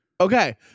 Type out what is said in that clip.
Okay